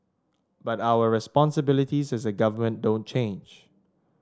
but our responsibilities as a government don't change